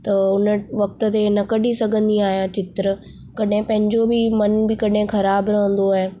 त हुन वक़्त ते न कढी सघंदी आहियां चित्र कॾहिं पंहिंजो बि मनु बि कॾहिं ख़राबु रहंदो आहे